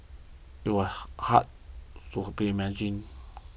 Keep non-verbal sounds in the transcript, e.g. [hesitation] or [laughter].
it was [hesitation] hard to [noise] imagine